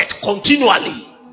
continually